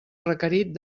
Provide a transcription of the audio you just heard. requerit